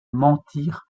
mentir